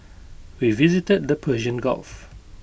we visited the Persian gulf